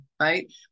right